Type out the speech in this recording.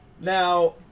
Now